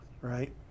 right